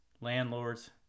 landlords